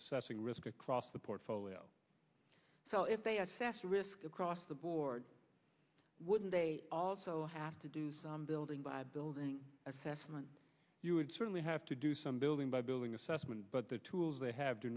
assessing risk across the portfolio so if they assess risk across the board wouldn't they also have to do some building by building assessment you would certainly have to do some building by building assessment but the tools they have do